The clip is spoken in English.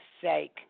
sake